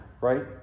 right